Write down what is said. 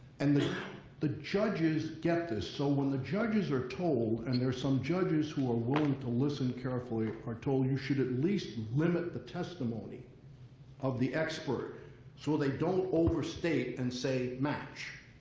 and the the judges get this. so when the judges are told, and there are some judges who are willing to listen carefully, are told you should at least limit the testimony of the expert so they don't overstate and say match,